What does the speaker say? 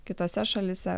kitose šalyse